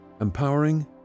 Empowering